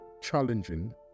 challenging